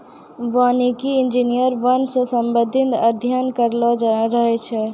वानिकी इंजीनियर वन से संबंधित अध्ययन करलो रहै छै